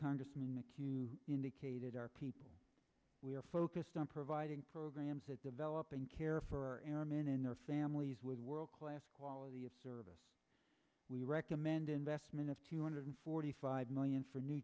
congressman mchugh indicated our people we are focused on providing programs at developing care for our airmen and their families with world class quality of service we recommend investment of two hundred forty five million for new